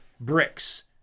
bricks